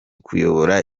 kuyobora